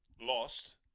lost